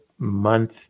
month